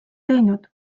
teinud